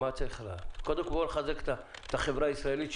קודם כל לחזק את החברה הישראלית,